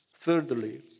Thirdly